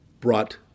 brought